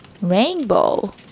Rainbow